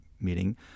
meeting